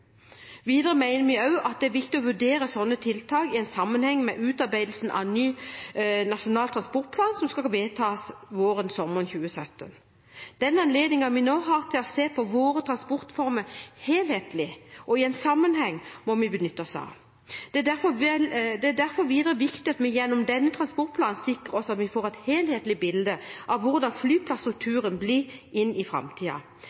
Videre mener vi det er viktig å vurdere slike tiltak i sammenheng med utarbeidelsen av ny nasjonal transportplan, som skal vedtas våren/sommeren 2017. Den anledningen vi nå har til å se på våre transportformer helhetlig og i sammenheng, må vi benytte oss av. Det er derfor videre viktig at vi gjennom denne transportplanen sikrer oss at vi får et helhetlig bilde av hvordan